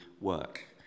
work